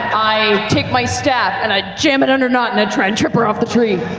i take my staff and i jam it under nott and i try and trip her off the tree.